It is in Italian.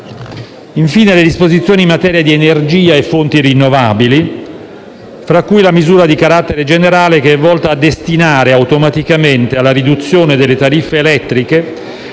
sono le disposizioni in materia di energia e fonti rinnovabili, tra cui la misura di carattere generale, che è volta a destinare automaticamente alla riduzione delle tariffe elettriche